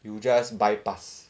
you just bypass